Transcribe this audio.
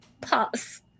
pause